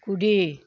కుడి